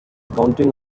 counting